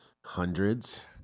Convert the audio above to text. hundreds